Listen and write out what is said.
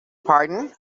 pardon